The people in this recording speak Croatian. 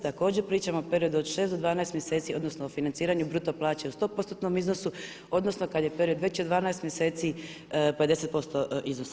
Također pričamo o periodu od 6 do 12 mjeseci, odnosno o financiranju bruto plaće u 100%tnom iznosu, odnosno kad je period veći od 12 mjeseci 50% iznosa.